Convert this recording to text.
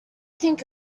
think